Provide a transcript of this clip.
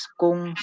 kung